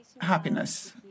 happiness